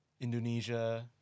Indonesia